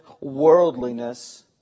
worldliness